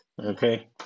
Okay